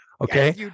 Okay